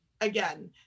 Again